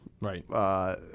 Right